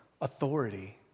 authority